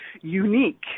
unique